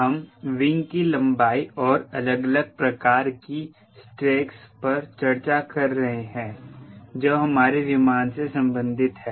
हम विंग की लंबाई और अलग अलग प्रकार की स्ट्रैकस पर चर्चा कर रहे हैं जो हमारे विमान से संबंधित हैं